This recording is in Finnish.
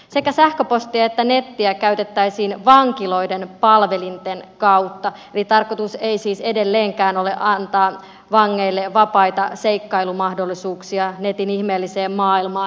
sekä sähköpostia että nettiä käytettäisiin vankiloiden palvelinten kautta eli tarkoitus ei siis edelleenkään ole antaa vangeille vapaita seikkailumahdollisuuksia netin ihmeelliseen maailmaan